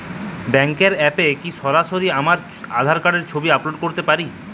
ব্যাংকের অ্যাপ এ কি সরাসরি আমার আঁধার কার্ডের ছবি আপলোড করতে পারি?